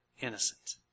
innocent